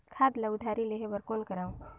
खाद ल उधारी लेहे बर कौन करव?